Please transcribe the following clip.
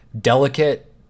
Delicate